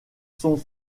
sont